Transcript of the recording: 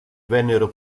vennero